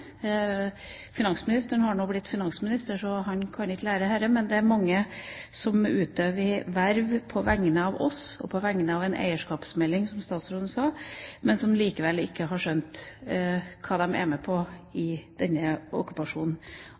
Finansministeren har nå blitt finansminister, så han kan ikke lære dette, men det er mange som utøver verv på vegne av oss – en eierskapsmelding, som utenriksministeren sa – men som likevel ikke har skjønt hva de er med på i denne okkupasjonen